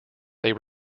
they